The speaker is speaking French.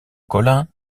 collin